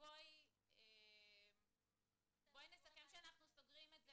בואי נסכם שאנחנו סוגרים את זה.